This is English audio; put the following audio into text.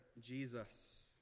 Jesus